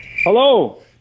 Hello